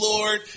Lord